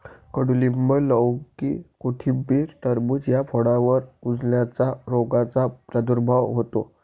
कडूलिंब, लौकी, कोथिंबीर, टरबूज या फळांवर कुजण्याच्या रोगाचा प्रादुर्भाव होतो